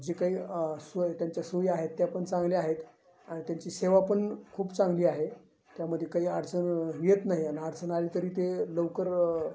जे काही सोय त्यांच्या सोयी आहेत त्या पण चांगल्या आहेत आणि त्यांची सेवा पण खूप चांगली आहे त्यामध्ये काही अडचण येत नाही आणि अडचण आली तरी ते लवकर